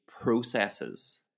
processes